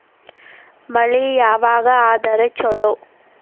ಮಳಿ ಯಾವಾಗ ಆದರೆ ಛಲೋ?